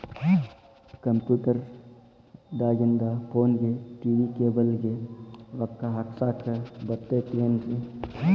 Computer ದಾಗಿಂದ್ ಫೋನ್ಗೆ, TV cable ಗೆ, ರೊಕ್ಕಾ ಹಾಕಸಾಕ್ ಬರತೈತೇನ್ರೇ?